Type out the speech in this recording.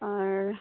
ᱟᱨ